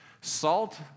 Salt